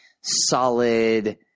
solid